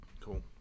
Cool